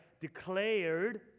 Declared